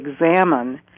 examine